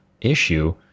issue